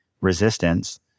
resistance